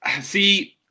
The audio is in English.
See